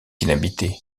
inhabité